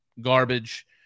garbage